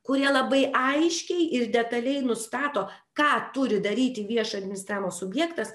kurie labai aiškiai ir detaliai nustato ką turi daryti viešo administravimo subjektas